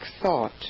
thought